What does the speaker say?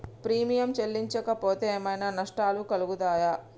Premium చెల్లించకపోతే ఏమైనా నష్టాలు కలుగుతయా?